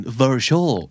virtual